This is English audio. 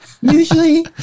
usually